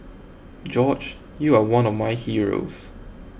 George you are one of my heroes